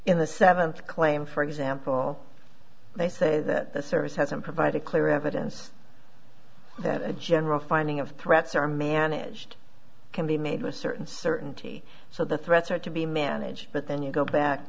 in the seventh claim for example they say that the service hasn't provided clear evidence that a general finding of threats are managed can be made to a certain certainty so the threats are to be managed but then you go back